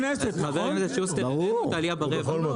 חבר הכנסת שוסטר, הראינו את העלייה ברווח.